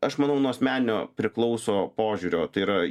aš manau nuo asmeninio priklauso požiūrio tai yra